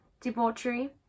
debauchery